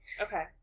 Okay